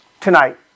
Tonight